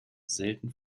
selten